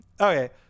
Okay